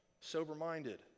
sober-minded